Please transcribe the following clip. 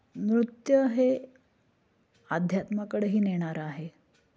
नृत्य हे अध्यात्माकडंही नेणारं आहे